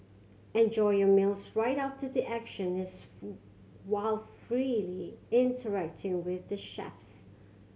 enjoy your meals right after the action is while freely interacting with the chefs